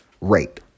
rate